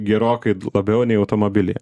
gerokai labiau nei automobilyje